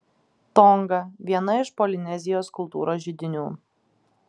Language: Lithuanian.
tonga viena iš polinezijos kultūros židinių